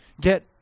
get